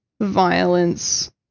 violence